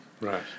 Right